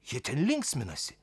jie ten linksminasi